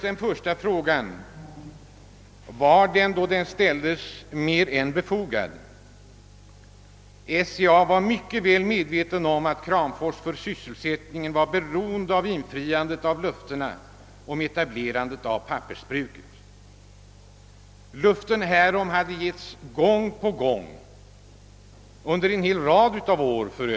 Den första frågan var, då den ställdes, mer än befogad. SCA var mycket väl medveten om att Kramfors för SyS selsättningen var beroende av att löftena om etablerandet av pappersbruket infriades. Dessa löften hade givits gång på gång under en rad år.